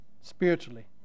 spiritually